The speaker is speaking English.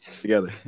together